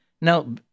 Now